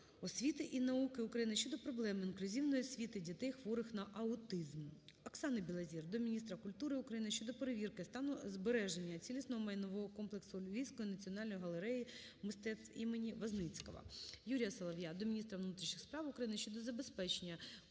освіти і науки України щодо проблем інклюзивної освіти дітей, хворих на аутизм. Оксани Білозір до міністра культури України щодо перевірки стану збереження цілісного майнового комплексу Львівської національної галереї мистецтв імені Возницького. Юрія Солов'я до міністра внутрішніх справ України щодо забезпечення